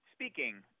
speaking